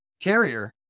terrier